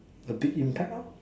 a big impact lor